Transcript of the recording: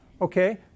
Okay